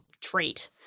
trait